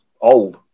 old